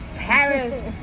Paris